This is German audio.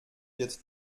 wird